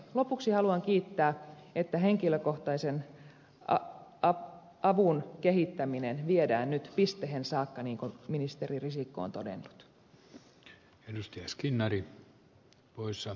lopuksi haluan kiittää siitä että vammaisten henkilökohtaisen avun kehittäminen viedään nyt pistehen saakka niin kuin ministeri risikko on todennut